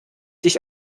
dich